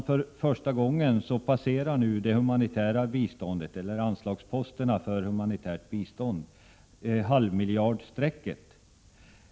För första gången passerar anslagsposterna för humanitärt bistånd halvmiljardstrecket.